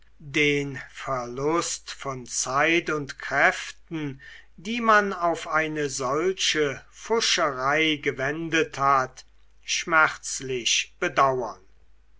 den verlust von zeit und kräften die man auf eine solche pfuscherei gewendet hat schmerzlich bedauern